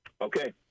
Okay